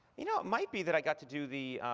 you know might be that i got to do the